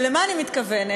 ולמה אני מתכוונת?